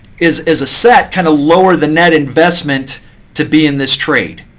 is is a set kind of lower the net investment to be in this trade.